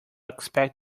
expect